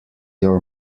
your